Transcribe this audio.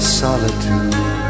solitude